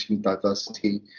diversity